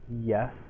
Yes